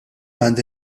għandi